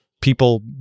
people